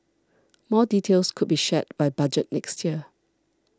more details could be shared by Budget next year